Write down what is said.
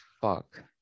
fuck